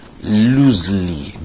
loosely